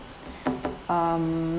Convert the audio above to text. um